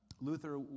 Luther